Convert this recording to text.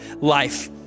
life